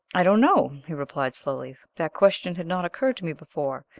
i do not know, he replied, slowly that question had not occurred to me before.